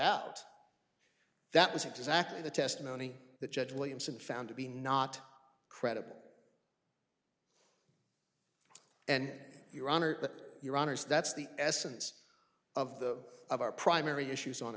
out that was exactly the testimony that judge williamson found to be not credible and your honor that your honors that's the essence of the of our primary issues on